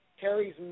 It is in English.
carries